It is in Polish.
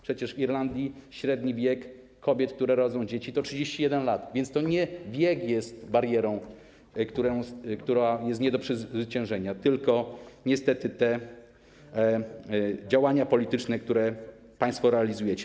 Przecież w Irlandii średni wiek kobiet, które rodzą dzieci, wynosi 31 lat, więc to nie wiek jest barierą, która jest nie do przezwyciężenia, tylko niestety barierą są działania polityczne, które państwo realizujecie.